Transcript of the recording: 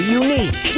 unique